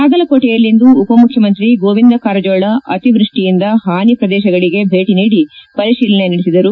ಬಾಗಲಕೋಟೆಯಲ್ಲಿಂದು ಉಪ ಮುಖ್ಯಮಂತ್ರಿ ಗೋವಿಂದ ಕಾರಜೊಳ ಅತಿವೃಷ್ಟಿಯಿಂದ ಹಾನಿ ಪ್ರದೇಶಗಳಿಗೆ ಭೇಟಿ ನೀಡಿ ಪರಿಶೀಲನೆ ನಡೆಸಿದರು